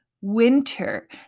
winter